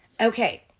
Okay